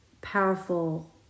powerful